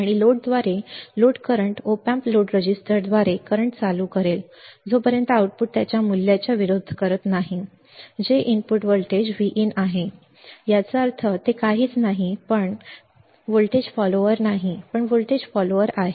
आणि लोडद्वारे load current op amp load रजिस्टरद्वारे करंट चालू करेल जोपर्यंत आउटपुट त्याच्या मूल्याला विरोध करत नाही जे इनपुट व्होल्टेज Vin आहे याचा अर्थ ते काहीच नाही पण ते काहीच नाही पण व्होल्टेज फॉलोअर काहीच नाही पण व्होल्टेज फॉलोअर आहे